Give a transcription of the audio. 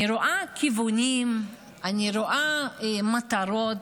אני רואה כיוונים, אני רואה מטרות.